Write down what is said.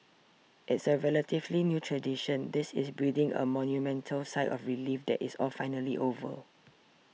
it's a relatively new tradition this is breathing a monumental sigh of relief that it's all finally over